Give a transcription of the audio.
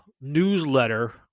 newsletter